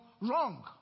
wrong